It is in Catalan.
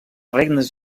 regnes